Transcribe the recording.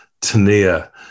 Tania